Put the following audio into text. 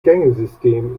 gängesystem